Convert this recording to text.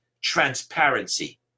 transparency